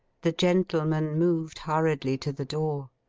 the gentleman moved hurriedly to the door.